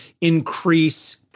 increase